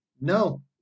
No